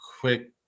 quick